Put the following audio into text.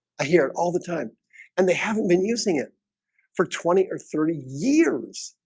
i hear all the time and they haven't been using it for twenty or thirty years